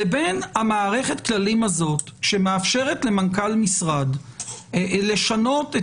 לבין המערכת הכללים הזאת שמאפשרת למנכ"ל משרד לשנות את